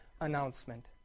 announcement